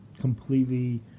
completely